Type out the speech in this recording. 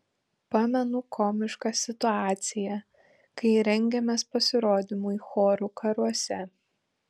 pamenu komišką situaciją kai rengėmės pasirodymui chorų karuose